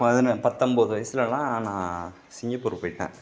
பதினொன்று பத்தொம்போது வயசுலலாம் நான் சிங்கப்பூரு போயிட்டேன்